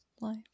life